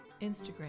Instagram